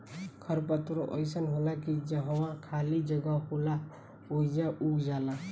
खर पतवार अइसन होला की जहवा खाली जगह होला ओइजा उग जाला